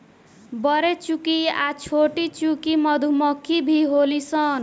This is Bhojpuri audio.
बरेचुकी आ छोटीचुकी मधुमक्खी भी होली सन